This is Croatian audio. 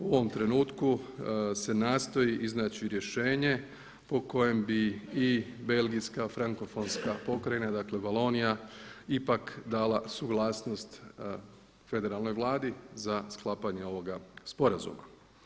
U ovom trenutku se nastoji iznaći rješenje po kojem bi i belgijska frankofonska pokrajina, dakle Valonija ipak dala suglasnost federalnoj Vladi za sklapanje ovoga sporazuma.